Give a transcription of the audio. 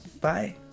Bye